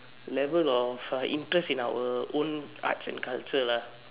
level of a interest in our own arts and culture lah